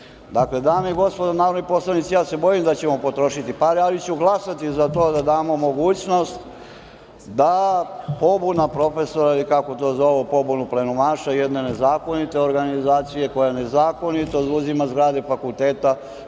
10.25Dakle, dame i gospodo narodni poslanici ja se bojim da ćemo potrošiti pare, ali ću glasati za to da damo mogućnost da pobuna profesora, ili kako to zovu pobunu plenumaša, jedne nezakonite organizacije koja nezakonito oduzima zgrade fakulteta,